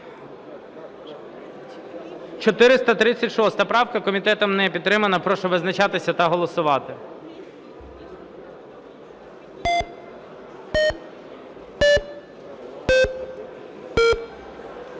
450 правку. Комітетом не підтримана. Прошу визначатися та голосувати.